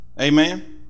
Amen